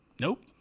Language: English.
Nope